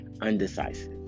undecisive